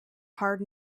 hard